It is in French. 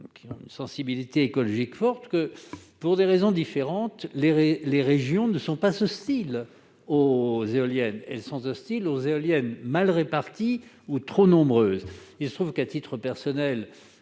ayant une sensibilité écologique forte que, pour des raisons différentes, les régions sont hostiles non pas aux éoliennes en tant que telles, mais aux éoliennes mal réparties ou trop nombreuses. Il se trouve qu'à titre personnel